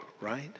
right